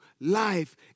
life